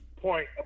point